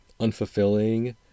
unfulfilling